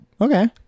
Okay